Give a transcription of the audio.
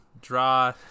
draw